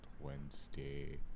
wednesday